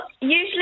usually